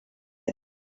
yet